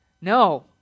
No